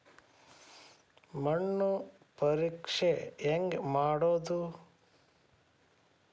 ಮಣ್ಣು ಪರೇಕ್ಷೆ ಹೆಂಗ್ ಮಾಡೋದು?